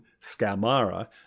scamara